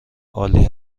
عالی